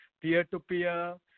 peer-to-peer